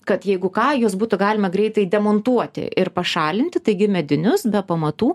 kad jeigu ką juos būtų galima greitai demontuoti ir pašalinti taigi medinius be pamatų